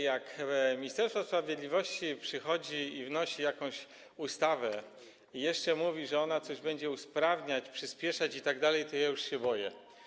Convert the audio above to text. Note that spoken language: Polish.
Jak Ministerstwo Sprawiedliwości przychodzi, wnosi jakąś ustawę i jeszcze mówi, że ona coś będzie usprawniać, przyspieszać itd., to ja już się boję.